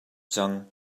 cang